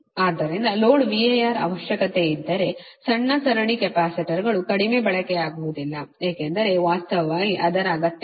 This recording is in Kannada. ಆದ್ದರಿಂದ ಲೋಡ್ VAR ಅವಶ್ಯಕತೆಯಿದ್ದರೆ ಸಣ್ಣ ಸರಣಿ ಕೆಪಾಸಿಟರ್ಗಳು ಕಡಿಮೆ ಬಳಕೆಯಾಗುವುದಿಲ್ಲ ಏಕೆಂದರೆ ವಾಸ್ತವವಾಗಿ ಅದರ ಅಗತ್ಯವಿಲ್ಲ